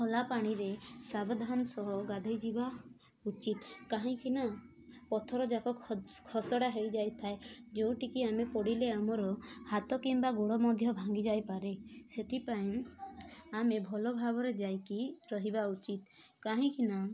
ଖୋଲା ପାଣିରେ ସାବଧାନ ସହ ଗାଧୋଇ ଯିବା ଉଚିତ୍ କାହିଁକି ନା ପଥର ଯାକ ଖସଡ଼ା ହେଇଯାଇଥାଏ ଯେଉଁଠିକି ଆମେ ପଡ଼ିଲେ ଆମର ହାତ କିମ୍ବା ଗୋଡ଼ ମଧ୍ୟ ଭାଙ୍ଗିଯାଇ ପାରେ ସେଥିପାଇଁ ଆମେ ଭଲ ଭାବରେ ଯାଇକି ରହିବା ଉଚିତ୍ କାହିଁକିନା